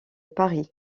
paris